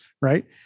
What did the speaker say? right